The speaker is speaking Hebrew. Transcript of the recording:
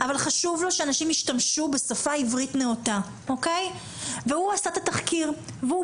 אבל חשוב לו שאנשים ישתמשו בשפה עברית נאותה והוא עשה את התחקיר והוא